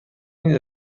این